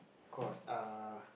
course uh